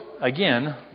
again